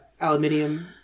aluminium